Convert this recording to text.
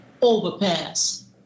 overpass